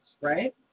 right